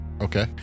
Okay